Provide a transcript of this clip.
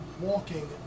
walking